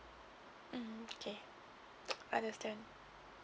mm okay understand